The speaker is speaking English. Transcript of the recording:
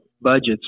budgets